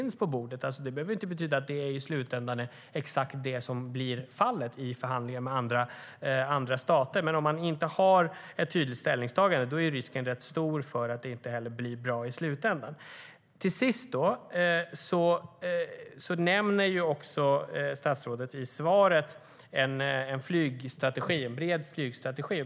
Att man gör ett ställningstagande behöver inte betyda att det i slutändan är exakt det som blir resultatet av förhandlingar med andra stater, men om man inte har ett tydligt ställningstagande är risken rätt stor för att det inte blir bra i slutändan. Statsrådet nämner i svaret en bred flygstrategi.